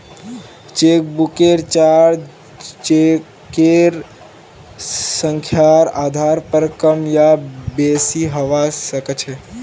चेकबुकेर चार्ज चेकेर संख्यार आधार पर कम या बेसि हवा सक्छे